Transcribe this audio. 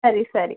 ಸರಿ ಸರಿ